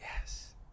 Yes